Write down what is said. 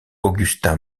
augustin